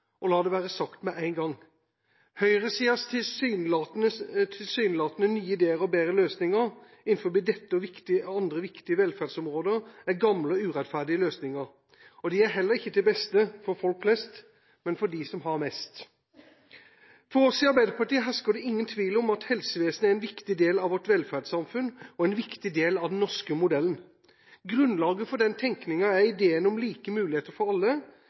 og la det være sagt med en gang: Høyresidas tilsynelatende nye ideer og bedre løsninger innen dette og andre viktige velferdsområder er gamle og urettferdige løsninger, og de er heller ikke til beste for folk flest, men for dem som har mest. For oss i Arbeiderpartiet hersker det ingen tvil om at helsevesenet er en viktig del av vårt velferdssamfunn, og en viktig del av den norske modellen. Grunnlaget for den tenkninga er ideen om like muligheter for alle,